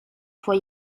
fue